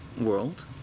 world